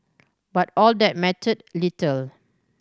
but all that mattered little